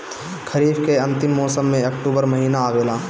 खरीफ़ के अंतिम मौसम में अक्टूबर महीना आवेला?